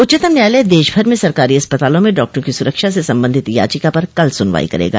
उच्चतम न्यायालय देशभर में सरकारी अस्पतालों में डॉक्टरों की सुरक्षा से संबंधित याचिका पर कल सुनवाई करेगा